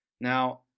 Now